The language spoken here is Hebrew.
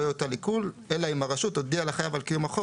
לא יוטל עיקול אלא אם הרשות הודיעה לחייב על קיום החוב,